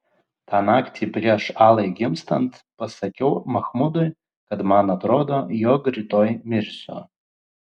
tą naktį prieš alai gimstant pasakiau machmudui kad man atrodo jog rytoj mirsiu